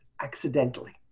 Accidentally